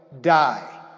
die